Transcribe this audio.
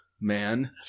man